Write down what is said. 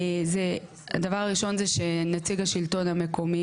הדבר הראשון זה שנציג השלטון המקומי